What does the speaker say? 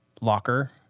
locker